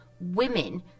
women